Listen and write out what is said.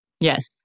Yes